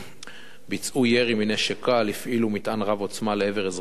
ביצעו ירי מנשק קל והפעילו מטען רב-עוצמה לעבר אזרחים